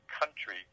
country